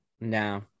No